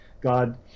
God